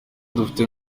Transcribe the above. dufite